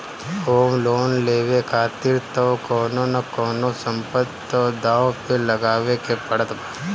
home loan लेवे खातिर तअ कवनो न कवनो संपत्ति तअ दाव पे लगावे के पड़त बा